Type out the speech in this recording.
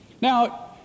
Now